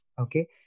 Okay